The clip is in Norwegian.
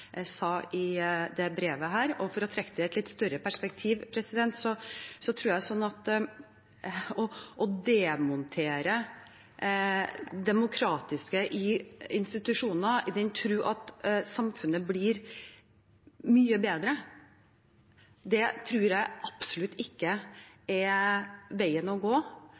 jeg sa i dette brevet. For å sette det i et litt større perspektiv så tror jeg at det å demontere demokratiske institusjoner i den tro at samfunnet blir mye bedre, absolutt ikke er veien å gå.